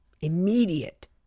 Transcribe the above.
Immediate